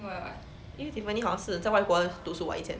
因为 tiffany 好像是在外国读书 [what] 以前